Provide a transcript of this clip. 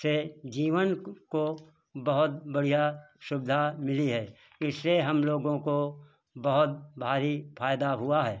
से जीवन को बहुत बढ़िया सुविधा मिली है इससे हम लोगों को बहुत भारी फ़ायदा हुआ है